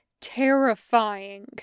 terrifying